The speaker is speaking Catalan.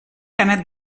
canet